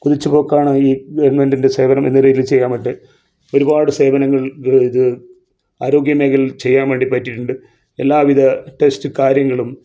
കുതിച്ചു പോക്കാണ് ഈ ഗവൺമെൻടിൻ്റെ സേവനം എന്ന രീതിയിൽ ചെയ്യാൻ വേണ്ടിയിട്ട് ഒരുപാട് സേവനങ്ങൾ തേ ആരോഗ്യ മേഘലയിൽ ചെയ്യാൻ വേണ്ടി പറ്റിയിട്ടുണ്ട് എല്ലാ വിധ ടെസ്റ്റ് കാര്യങ്ങളും